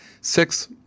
six